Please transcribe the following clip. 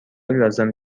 لازم